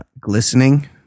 glistening